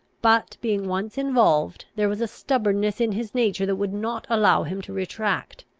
but, being once involved, there was a stubbornness in his nature that would not allow him to retract,